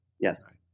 Yes